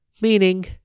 meaning